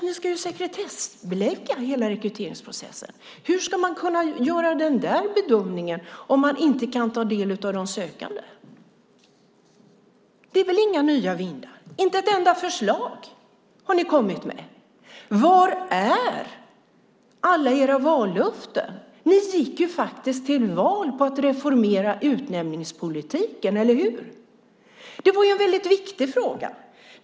Ni ska ju sekretessbelägga hela rekryteringsprocessen. Hur ska man kunna göra den bedömningen om man inte kan ta del av vilka de sökande är? Det är väl inga nya vindar? Inte ett enda förslag har ni kommit med. Var är alla era vallöften? Ni gick till val på att reformera utnämningspolitiken, eller hur? Det var en väldigt viktig fråga.